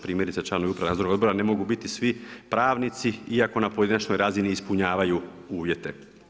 Primjerice članovi uprave i nadzornog odbora ne mogu biti svi pravnici iako na pojedinačnoj razini ispunjavaju uvjete.